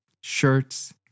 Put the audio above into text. shirts